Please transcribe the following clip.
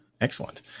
Excellent